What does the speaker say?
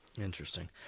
Interesting